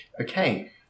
okay